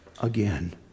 again